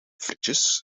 frietjes